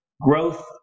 growth